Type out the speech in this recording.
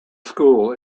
school